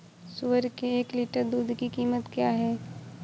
सुअर के एक लीटर दूध की कीमत क्या है?